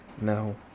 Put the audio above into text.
no